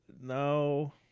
No